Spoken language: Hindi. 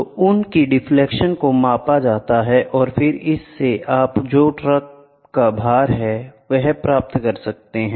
तो उन की डिफ्लेक्शन को मापा जाता है और फिर इससे आप जो ट्रक का भार है प्राप्त कर सकते हैं